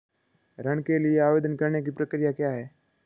ऋण के लिए आवेदन करने की प्रक्रिया क्या है?